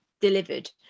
delivered